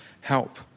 help